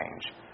change